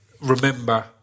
remember